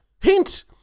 Hint